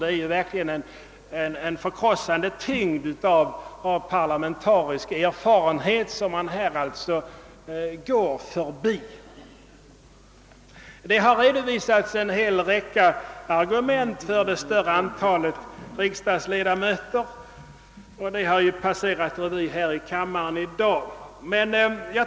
Det är verkligen en förkrossande tyngd av parlamentarisk erfarenhet som man här går förbi. En hel rad argument har redovisats för det större antalet riksdagsledamöter, och dessa har passerat revy här i kammaren i dag.